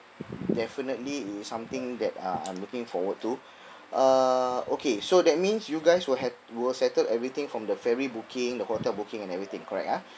definitely it's something that uh I'm looking forward to uh okay so that means you guys will have will settle everything from the ferry booking the hotel booking and everything correct ah